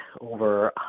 over